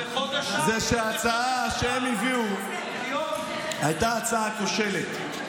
זה שההצעה שהם הביאו הייתה הצעה כושלת,